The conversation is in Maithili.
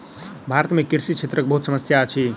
भारत में कृषि क्षेत्रक बहुत समस्या अछि